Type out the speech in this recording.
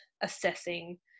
assessing